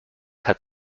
hat